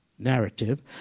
narrative